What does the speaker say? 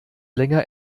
länger